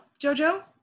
Jojo